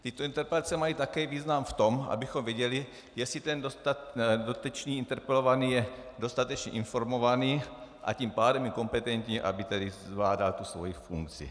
Tyto interpelace mají také význam v tom, abychom věděli, jestli dotyčný interpelovaný je dostatečně informovaný, a tím pádem je kompetentní, aby zvládal svoji funkci.